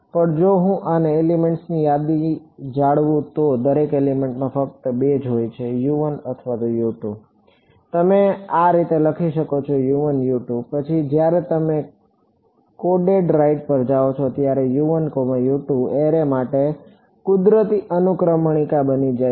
પણ જો હું એલિમેન્ટ્સની યાદી જાળવું છું તો દરેક એલિમેન્ટમાં ફક્ત બે જ હોય છે અથવા તમે તેને આ રીતે લખી શકો છો અને પછી જ્યારે તમે કોડેડ રાઇટ પર જાઓ છો ત્યારે એરે માટે કુદરતી અનુક્રમણિકા બની જાય છે